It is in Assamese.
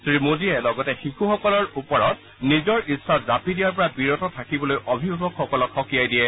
শ্ৰী মোডীয়ে লগতে শিশুসকলৰ ওপৰত নিজৰ ইচ্ছা জাপি দিয়াৰ পৰা বিৰত থাকিবলৈ অভিভাৱকসকলক সকিয়াই দিয়ে